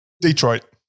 Detroit